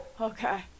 okay